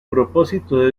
propósito